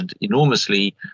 enormously